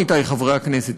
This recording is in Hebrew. עמיתי חברי הכנסת,